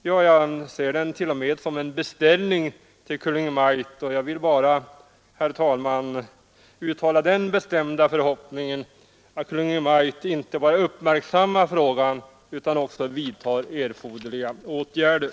Jag ser den t.o.m. som en beställning till Kungl. Maj:t, och jag vill bara, herr talman, uttala den bestämda förhoppningen att Kungl. Maj:t inte bara uppmärksammar frågan utan också vidtar erforderliga åtgärder.